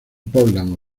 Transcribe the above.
portland